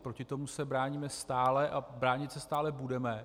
Proti tomu se bráníme stále a bránit se stále budeme.